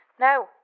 No